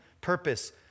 purpose